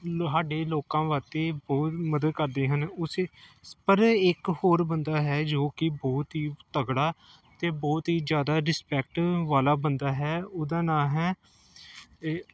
ਸਾਡੇ ਲੋਕਾਂ ਵਾਸਤੇ ਬਹੁਤ ਮਦਦ ਕਰਦੇ ਹਨ ਉਸੇ ਸ ਪਰ ਇੱਕ ਹੋਰ ਬੰਦਾ ਹੈ ਜੋ ਕਿ ਬਹੁਤ ਹੀ ਤਕੜਾ ਅਤੇ ਬਹੁਤ ਹੀ ਜ਼ਿਆਦਾ ਰਿਸਪੈਕਟ ਵਾਲਾ ਬੰਦਾ ਹੈ ਉਹਦਾ ਨਾਂ ਹੈ ਏ